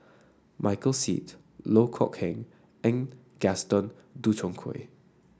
Michael Seet Loh Kok Keng and Gaston Dutronquoy